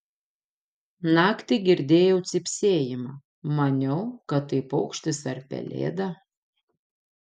naktį girdėjau cypsėjimą maniau kad tai paukštis ar pelėda